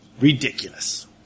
Ridiculous